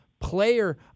Player